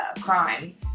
crime